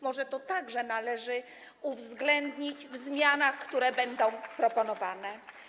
Może to także należy uwzględnić w zmianach, które będą proponowane?